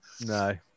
No